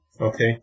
okay